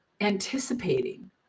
anticipating